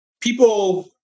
people